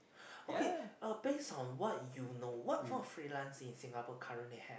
okay uh base on what you know what form of freelance in Singapore currently have